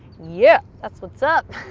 yeah, that's what's up!